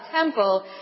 temple